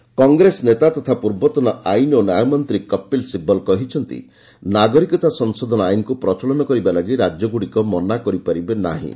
Sibal CAA Congress ନେତା ତଥା ପୂର୍ବତନ ଆଇନ ଓ ନ୍ୟାୟ ମନ୍ତ୍ରୀ କପିଲ ସିବଲ୍ କହିଛନ୍ତି ନାଗରିକତା ସଂଶୋଧନ ଆଇନକୁ ପ୍ରଚଳନ କରିବା ଲାଗି ରାଜ୍ୟଗୁଡ଼ିକ ମନା କରିପାରିବେ ନାହିଁ